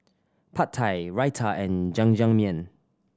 Pad Thai Raita and Jajangmyeon